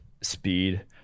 speed